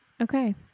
okay